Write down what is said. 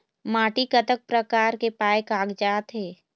माटी कतक प्रकार के पाये कागजात हे?